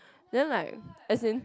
then like as in